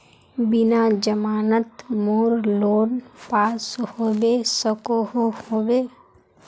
बिना जमानत मोर लोन पास होबे सकोहो होबे?